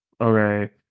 okay